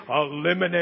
eliminate